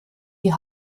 die